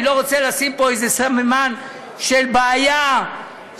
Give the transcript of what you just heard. אני לא רוצה לשים פה איזה סממן של בעיה ושינוי